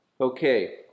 Okay